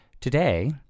Today